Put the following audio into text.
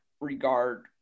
regard